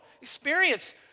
experience